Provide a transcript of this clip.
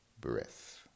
breath